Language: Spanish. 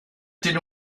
tiene